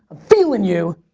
feeling you,